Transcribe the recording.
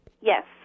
Yes